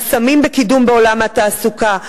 חסמים בקידום בעולם התעסוקה,